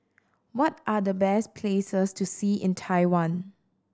what are the best places to see in Taiwan